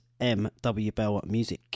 mwbellmusic